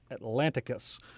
atlanticus